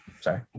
Sorry